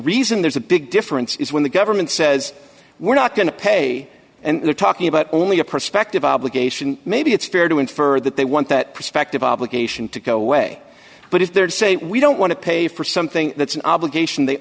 reason there's a big difference is when the government says we're not going to pay and they're talking about only a prospective obligation maybe it's fair to infer that they want that perspective obligation to go away but if they're to say we don't want to pay for something that's an obligation they